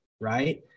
right